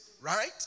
Right